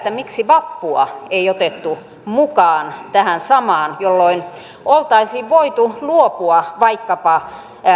miksi vappua ei otettu mukaan tähän samaan jolloin oltaisiin voitu luopua vaikkapa